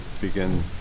begin